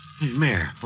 Mayor